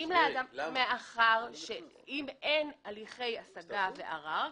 אם אין הליכי השגה וערר,